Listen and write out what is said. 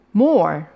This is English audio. more